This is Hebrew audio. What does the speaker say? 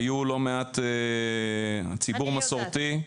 היו לא מעט ציבור מסורתי,